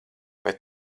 vai